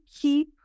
keep